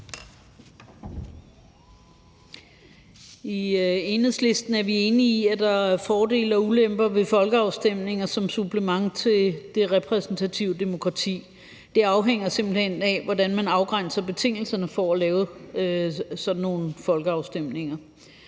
I Enhedslisten er vi enige i, at der er fordele og ulemper ved folkeafstemninger som supplement til det repræsentative demokrati. Det afhænger simpelt hen af, hvordan man afgrænser betingelserne for at lave sådan nogle folkeafstemninger.